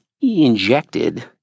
injected